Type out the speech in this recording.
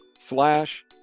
slash